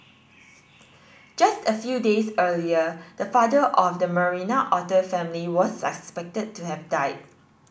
just a few days earlier the father of the Marina otter family was suspected to have died